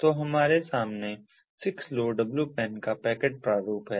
तो हमारे सामने 6LoWPAN का पैकेट प्रारूप है